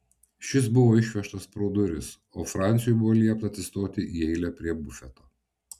šis buvo išvežtas pro duris o franciui buvo liepta atsistoti į eilę prie bufeto